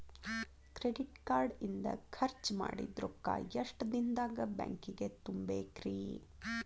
Credit card ಇಂದ್ ಖರ್ಚ್ ಮಾಡಿದ್ ರೊಕ್ಕಾ ಎಷ್ಟ ದಿನದಾಗ್ ಬ್ಯಾಂಕಿಗೆ ತುಂಬೇಕ್ರಿ?